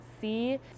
see